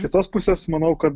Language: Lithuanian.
kitos pusės manau kad